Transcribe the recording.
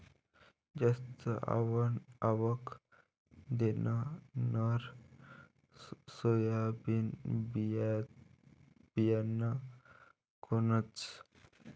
जास्त आवक देणनरं सोयाबीन बियानं कोनचं?